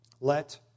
let